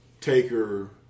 Taker